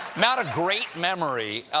not a great memory.